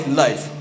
life